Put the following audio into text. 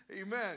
Amen